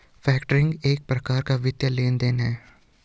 factoring एक प्रकार का वित्तीय लेन देन है